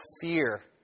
fear